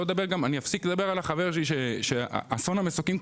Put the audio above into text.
אני אפסיק לדבר על החבר שלי שאסון המסוקים,